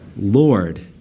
Lord